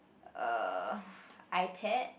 uh iPad